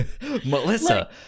melissa